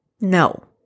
No